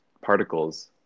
particles